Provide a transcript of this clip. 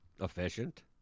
efficient